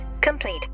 complete